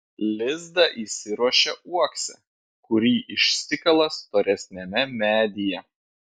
lizdą įsiruošia uokse kurį išsikala storesniame medyje